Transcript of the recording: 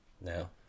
No